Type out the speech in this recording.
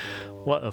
orh